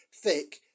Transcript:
thick